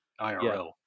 IRL